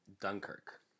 Dunkirk